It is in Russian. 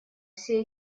все